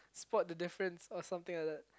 spot the difference or something like that